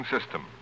System